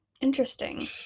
interesting